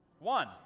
one